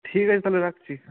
ঠিক আছে তাহলে রাখছি